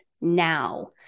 now